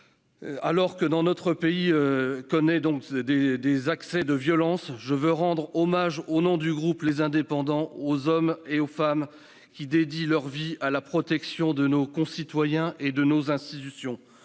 Alors que notre pays connaît des accès de violence, je veux rendre hommage, au nom du groupe Les Indépendants - République et Territoires, aux hommes et aux femmes qui dédient leur vie à la protection de nos concitoyens et de nos institutions.